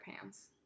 pants